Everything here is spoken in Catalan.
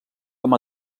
com